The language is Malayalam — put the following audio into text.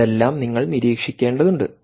അതെല്ലാം നിങ്ങൾ നിരീക്ഷിക്കേണ്ടതുണ്ട്